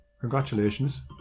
Congratulations